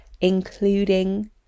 including